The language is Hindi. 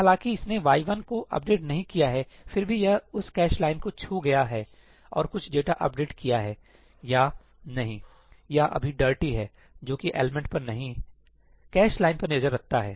हालांकि इसने y 1 को अपडेट नहीं किया है फिर भी यह उस कैश लाइन को छू गया है और कुछ डेटा अपडेट किया गया है या नहीं या अभी डर्टी है जो कि एलिमेंट् पर नहीं कैश लाइन पर नज़र रखता है